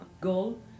goal